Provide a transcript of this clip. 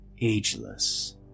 ageless